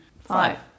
Five